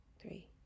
three